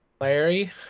Larry